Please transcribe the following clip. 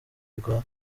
rwa